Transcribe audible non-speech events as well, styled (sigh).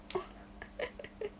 (laughs)